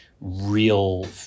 real